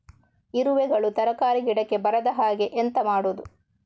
ಇರುವೆಗಳು ತರಕಾರಿ ಗಿಡಕ್ಕೆ ಬರದ ಹಾಗೆ ಎಂತ ಮಾಡುದು?